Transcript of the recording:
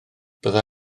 bydda